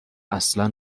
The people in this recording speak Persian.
اصلا